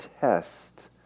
test